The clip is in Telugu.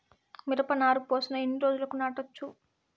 మిరప నారు పోసిన ఎన్ని రోజులకు నాటచ్చు?